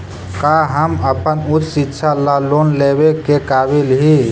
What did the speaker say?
का हम अपन उच्च शिक्षा ला लोन लेवे के काबिल ही?